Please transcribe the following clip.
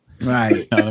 right